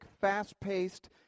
fast-paced